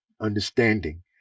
understanding